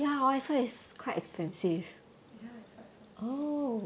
ya it's quite expensive